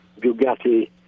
Bugatti